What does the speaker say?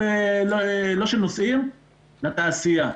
לתעשייה.